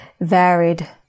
varied